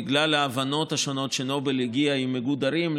בגלל ההבנות השונות שנובל הגיעה אליהן עם איגוד ערים,